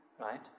right